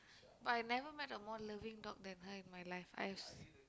but I never met a more loving dog than her in my life I've see